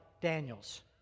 Daniel's